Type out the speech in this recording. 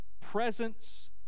Presence